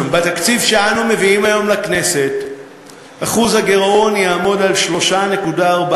בתקציב שאנו מביאים היום לכנסת אחוז הגירעון יהיה 3.4%,